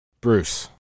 Bruce